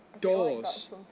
doors